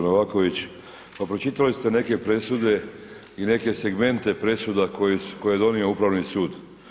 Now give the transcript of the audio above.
Novaković, pa pročitali ste neke presude i neke segmente presuda koje je donio Upravni sud.